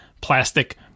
plastic